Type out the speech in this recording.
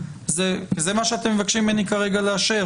--- זה מה שאתם מבקשים ממני כרגע לאשר,